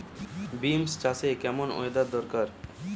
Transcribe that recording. Beans চাষে কেমন weather দরকার?